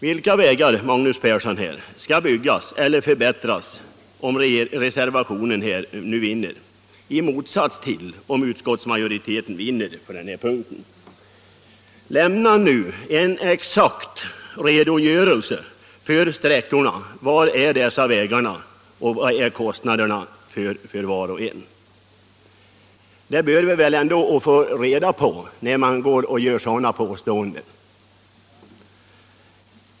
Vilka vägar, herr Magnus Persson, skall byggas eller förbättras om reservationen vinner i motsats till vad som blir fallet om utskottsmajoriteten vinner på den här punkten? Lämna nu en exakt redogörelse för sträckorna! Vilka är dessa vägar, och vad är kostnaderna för var och en? Det bör vi väl ändå få reda på när man gör sådana påståenden.